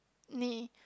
knee